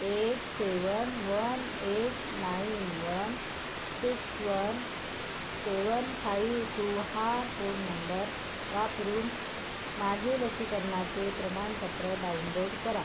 eight seven one eight nine one six one seven five two हा phone number वापरून माझे लसीकरणाचे प्रमाणपत्र डाउनलोड करा